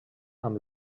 amb